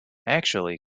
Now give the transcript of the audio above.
actually